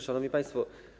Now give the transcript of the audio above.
Szanowni Państwo!